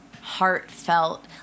heartfelt